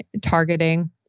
targeting